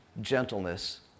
gentleness